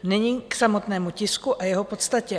Nyní k samotnému tisku a jeho podstatě.